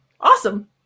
awesome